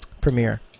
premiere